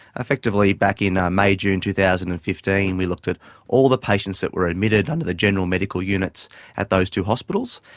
effectively back in um may june two thousand and fifteen we looked at all the patients that were admitted under the general medical units at those two hospitals,